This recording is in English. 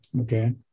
okay